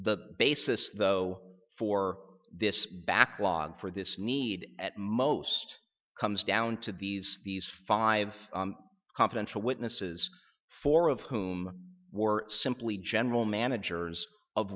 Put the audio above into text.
the basis though for this backlog for this need at most comes down to these these five confidential witnesses four of whom were simply general managers of